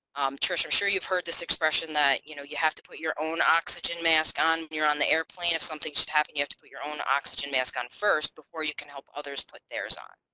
trish i'm sure you've heard this expression that you know you have to put your own oxygen mask on your on the airplane if something should happen you have to put your own oxygen mask on first before you can help others put theirs on.